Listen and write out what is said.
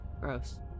Gross